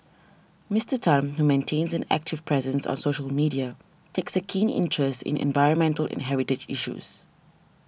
Mister Tan who maintains an active presence on social media takes a keen interest in environmental and heritage issues